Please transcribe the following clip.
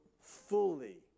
fully